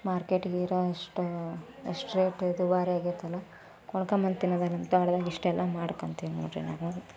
ಮಾರ್ಕೆಟಿಗೆ ಇರುವಷ್ಟು ಅಷ್ಟೇ ರೇಟ್ ದುಬಾರಿ ಆಗೈತಲ್ಲ ಕೊಂಡ್ಕೊಂಡ್ಬಂದು ತಿನ್ನದೆ ನಮ್ಮ ತೋಟ್ದಾಗ ಇಷ್ಟೆಲ್ಲ ಮಾಡ್ಕೊಳ್ತೀನಿ ನೋಡಿರಿ ನಾನು